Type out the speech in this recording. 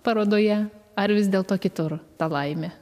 parodoje ar vis dėlto kitur ta laimė